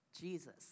Jesus